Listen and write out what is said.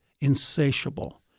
insatiable